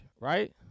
right